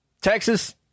Texas